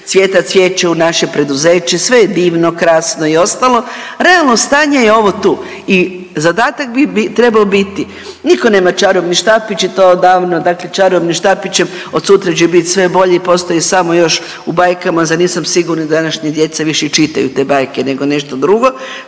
cvijeta cvijeće u naše preduzeće, sve je divno, krasno i ostalo, realno stanje je ovo tu. I zadatak bi trebao biti, niko nema čarobni štapić i to odavno dakle čarobnim štapićem od sutra će biti sve bolje i postoji samo još u bajkama, nisam sigurna da današnja djece više i čitaju te bajke nego nešto drugo.